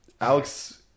Alex